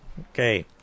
Okay